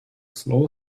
slow